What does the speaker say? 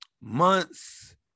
months